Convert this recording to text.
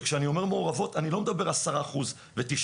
וכשאני אומר מעורבות אני לא מדבר 10% ו-90%,